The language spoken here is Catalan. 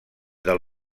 del